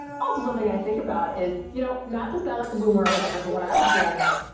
also, something i think about is, you know, not to sound like a boomer or whatever, but when i was growing up,